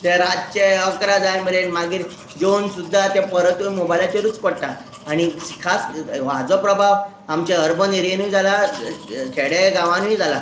ते रातचे अकरा जाय मेरेन मागीर जेवन सुद्दां ते परतूय मोबायलाचेरूच पडटा आनी खास हाजो प्रभाव आमचे अर्बन एरियेनूय जाला खेडे गांवानूय जाला